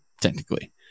technically